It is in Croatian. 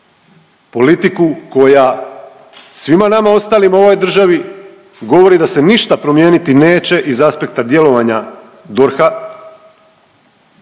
Politiku koja svima nama ostalima u ovoj državi govori da se ništa promijeniti neće iz aspekta djelovanja DORH-a